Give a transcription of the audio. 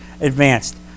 advanced